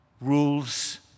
rules